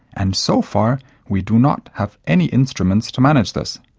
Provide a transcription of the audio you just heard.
and so far we do not have any instruments to manage this.